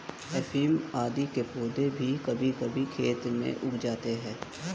अफीम आदि के पौधे भी कभी कभी खेतों में उग जाते हैं